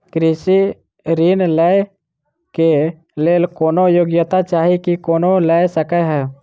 कृषि ऋण लय केँ लेल कोनों योग्यता चाहि की कोनो लय सकै है?